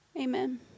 Amen